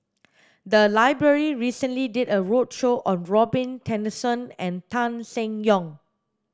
the library recently did a roadshow on Robin Tessensohn and Tan Seng Yong